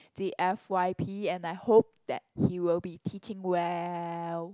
the F_y_P and I hope that he will be teaching well